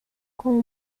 com